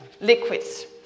liquids